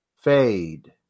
fade